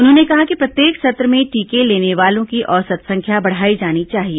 उन्होंने कहा कि प्रत्येक सत्र में टीके लेने वालों की औसत संख्या बढ़ाई जानी चाहिए